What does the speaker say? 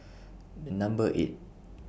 The Number eight